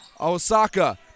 Osaka